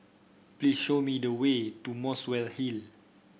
please show me the way to Muswell Hill